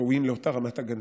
ראויים לאותה רמת הגנה?